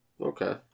Okay